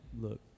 look